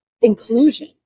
inclusion